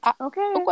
okay